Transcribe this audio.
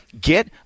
Get